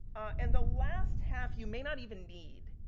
and, the last half, you may not even need.